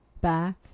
back